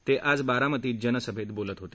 ते आज बारामतीत जनसभेत बोलत होते